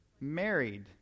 Married